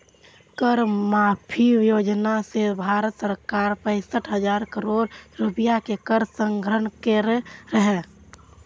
कर माफी योजना सं भारत सरकार पैंसठ हजार करोड़ रुपैया के कर संग्रह केने रहै